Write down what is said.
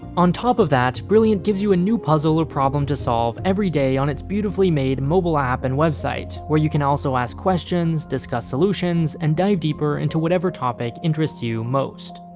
on top of all that, brilliant gives you a new puzzle or problem to solve every day on its beautifully-made mobile app and website, where you can also ask questions, discuss solutions, and dive deeper into whatever topic interests you most.